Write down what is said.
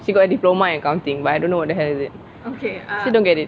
she got a diploma in accounting but I don't know what the hell is it so don't get it